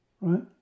right